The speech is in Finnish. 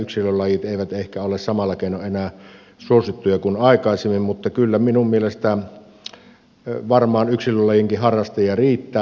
yksilölajit eivät ehkä ole samalla keinoin enää suosittuja kuin aikaisemmin mutta kyllä minun mielestäni varmaan yksilölajienkin harrastajia riittää